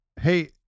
Hey